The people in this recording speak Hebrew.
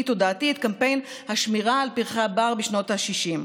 ותודעתי את קמפיין השמירה על פרחי הבר בשנות השישים.